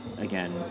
again